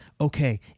okay